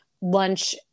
lunch